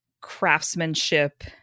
craftsmanship